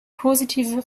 positive